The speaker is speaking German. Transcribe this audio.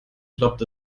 ploppt